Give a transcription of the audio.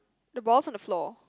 the ball's on the floor